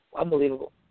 unbelievable